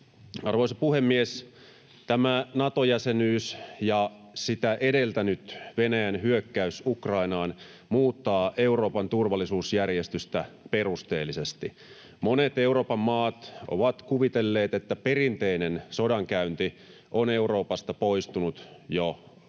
Arvoisa puhemies! Tämä Nato-jäsenyys ja sitä edeltänyt Venäjän hyökkäys Ukrainaan muuttavat Euroopan turvallisuusjärjestystä perusteellisesti. Monet Euroopan maat ovat kuvitelleet, että perinteinen sodankäynti on Euroopasta poistunut jo kauas